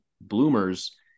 bloomers